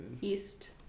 East